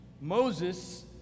Moses